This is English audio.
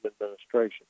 administration